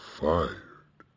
fired